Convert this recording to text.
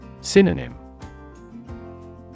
Synonym